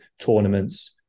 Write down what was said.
tournaments